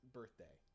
birthday